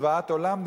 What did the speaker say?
זה זוועת עולם,